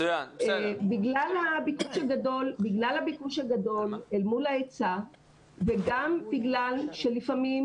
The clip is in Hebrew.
בגלל הביקוש הגדול אל מול ההיצע וגם בגלל שלפעמים